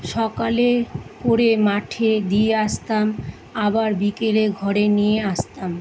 সকালে করে মাঠে দিয়ে আসতাম আবার বিকেলে ঘরে নিয়ে আসতাম